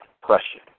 question